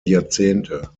jahrzehnte